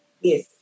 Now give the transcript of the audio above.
Yes